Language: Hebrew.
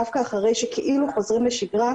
דווקא אחרי שכאילו חוזרים לשגרה,